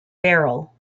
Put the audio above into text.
beryl